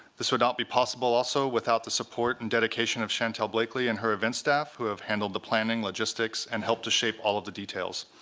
this would not be possible, also, without the support and dedication of shantel blakely and her event staff, who have handled the planning, logistics, and helped to shape all of the details.